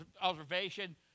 observation